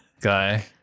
guy